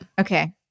Okay